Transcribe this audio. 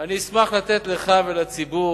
אני שמח לתת לך ולציבור,